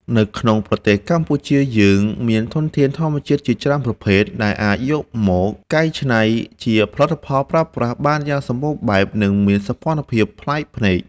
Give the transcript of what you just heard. នៅក្នុងប្រទេសកម្ពុជាយើងមានធនធានធម្មជាតិជាច្រើនប្រភេទ ដែលអាចយកមកកែច្នៃជាផលិតផលប្រើប្រាស់បានយ៉ាងសម្បូរបែប និង មានសោភ័ណភាពប្លែកភ្នែក។